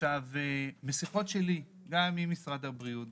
משיחות שלי גם עם משרד הבריאות,